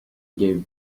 gave